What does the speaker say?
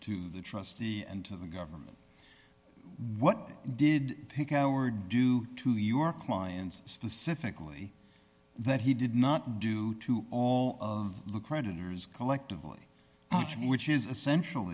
to the trustee and to the government what did pick our do to your clients specifically that he did not do to all the creditors collectively which is essential